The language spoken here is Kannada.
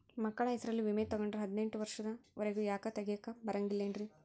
ಮಕ್ಕಳ ಹೆಸರಲ್ಲಿ ವಿಮೆ ತೊಗೊಂಡ್ರ ಹದಿನೆಂಟು ವರ್ಷದ ಒರೆಗೂ ತೆಗಿಯಾಕ ಬರಂಗಿಲ್ಲೇನ್ರಿ?